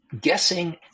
guessing